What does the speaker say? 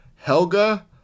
Helga